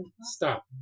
stop